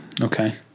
Okay